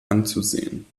anzusehen